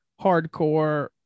hardcore